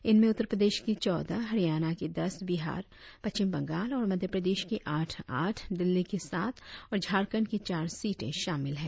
इनमें उत्तर प्रदेश की चौदह हरियाणा की दस बिहार पश्चिम बंगाल और मध्य प्रदेश की आठ आठ दिल्ली की सात और झारखंड की चार सींटे शामिल है